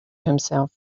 himself